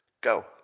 Go